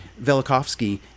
Velikovsky